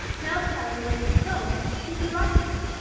now that i was away from home, he could write to me,